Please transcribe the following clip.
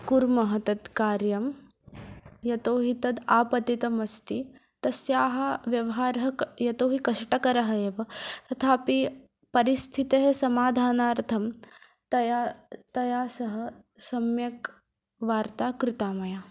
कुर्मः तत् कार्यं यतो हि तद् आपतितमस्ति तस्याः व्यवहारः क यतोहि कष्टकरः एव तथापि परिस्थितेः समाधानार्थं तया तया सह सम्यक् वार्ता कृता मया